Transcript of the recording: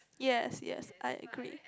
yes yes I agree